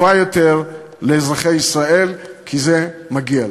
טובה יותר, לאזרחי ישראל, כי זה מגיע להם.